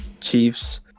Chiefs